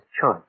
choice